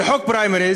זה חוק פריימריז,